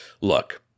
Look